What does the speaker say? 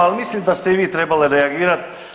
Ali mislim da ste i vi trebala reagirati.